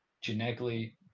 genetically